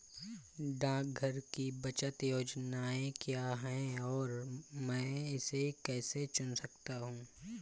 डाकघर की बचत योजनाएँ क्या हैं और मैं इसे कैसे चुन सकता हूँ?